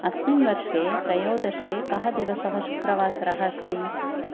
अस्मिन् वर्षे त्रयोदशे कः दिवसः शुक्रवासरः अस्ति